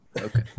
Okay